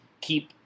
keep